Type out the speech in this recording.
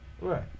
Right